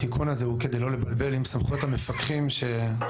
התיקון הזה הוא כדי לא לבלבל עם סמכויות המפקחים שבהמשך.